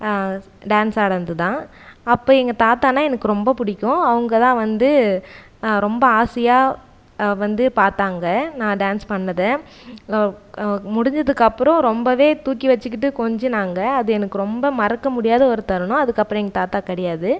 dance ஆடுன்துதா அப்போ எங்கள் தாத்தானா எனக்கு ரொம்ப பிடிக்கும் அவங்கதா வந்து ரொம்ப ஆசையாகவந்து பார்த்தாங்க நான் டான்ஸ் பண்ணிணத முடிச்சதுக்கு அப்புறோம் ரொம்பவே தூக்கி வச்சிக்கிட்டு கொஞ்சினாகள் அது எனக்கு ரொம்ப மறக்க முடியாத ஒரு தருணம் அதுக்கு அப்புறோ எங்கள் தாத்தா கிடையாது